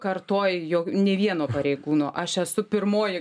kartoj ju nė vieno pareigūno aš esu pirmoji